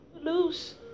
Loose